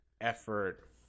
effort